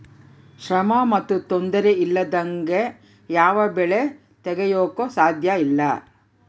ಶ್ರಮ ಮತ್ತು ತೊಂದರೆ ಇಲ್ಲದಂಗೆ ಯಾವ ಬೆಳೆ ತೆಗೆಯಾಕೂ ಸಾಧ್ಯಇಲ್ಲ